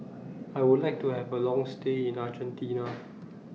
I Would like to Have A Long stay in Argentina